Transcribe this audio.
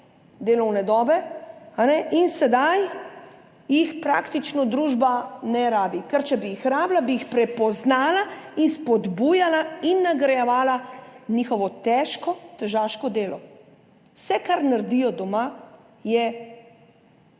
domovino in sedaj jih praktično družba ne potrebuje, ker če bi jih potrebovala, bi jih prepoznala, spodbujala in nagrajevala njihovo težko, težaško delo. Vse, kar naredijo doma, je